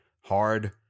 Hard